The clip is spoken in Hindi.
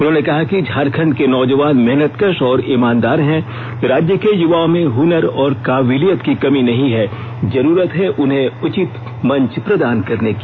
उन्होंने कहा कि झारखंड के नौजवान मेहनतकश और ईमानदार हैं राज्य के युवाओं में हुनर और काबिलियत की कमी नहीं है जरूरत है उन्हें उचित मंच प्रदान करने की